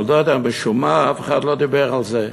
אני לא יודע, משום מה אף אחד לא דיבר על זה.